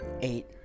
eight